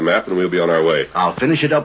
map and we'll be on our way i'll finish it up